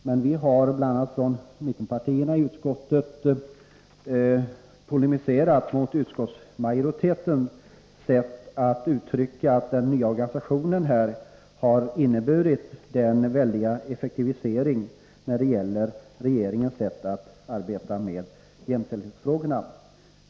Men vi har bl.a. från mittenpartierna i utskottet polemiserat mot utskottsmajoriteten när den påstått att den nya organisationen har inneburit en avsevärd effektivisering när det gäller regeringens arbete med jämställdhetsfrågorna.